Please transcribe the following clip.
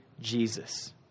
Jesus